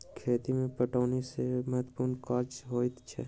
खेती मे पटौनी सभ सॅ महत्त्वपूर्ण काज होइत छै